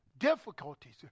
difficulties